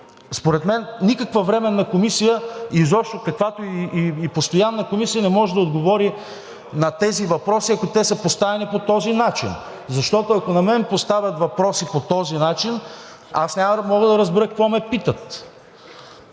Според мен никаква Временна комисия и изобщо каквато и постоянна комисия не може да отговори на тези въпроси, ако те са поставени по този начин. Защото, ако на мен ми поставят въпроси по този начин, аз няма да мога да разбера какво ме питат.